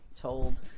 told